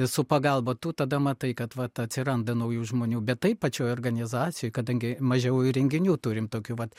su pagalba tu tada matai kad vat atsiranda naujų žmonių bet taip pačioj organizacijoj kadangi mažiau ir renginių turim tokių vat